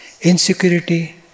insecurity